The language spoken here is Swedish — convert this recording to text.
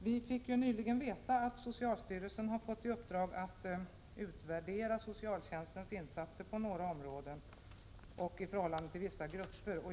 Vi fick nyligen veta att socialstyrelsen har fått i uppdrag att utvärdera socialtjänstens insatser på några områden och i förhållande till vissa grupper.